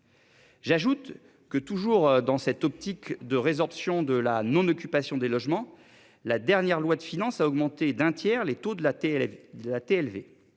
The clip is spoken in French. J'ajoute que toujours dans cette optique de résorption de la non occupation des logements. La dernière loi de finances a augmenté d'un tiers les taux de la télé.